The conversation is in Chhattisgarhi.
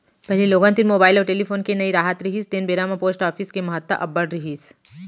पहिली लोगन तीर मुबाइल अउ टेलीफोन के नइ राहत रिहिस तेन बेरा म पोस्ट ऑफिस के महत्ता अब्बड़ रिहिस